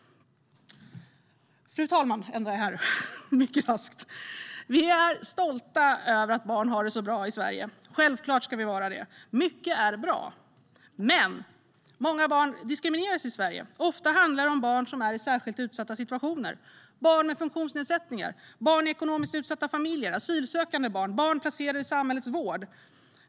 Fru ålderspresident! Vi är stolta över att barn har det så bra i Sverige. Självklart ska vi vara det. Mycket är bra, men många barn diskrimineras i Sverige. Ofta handlar det om barn som är i särskilt utsatta situationer: barn med funktionsnedsättningar, barn i ekonomiskt utsatta familjer, asylsökande barn och barn placerade i samhällets vård.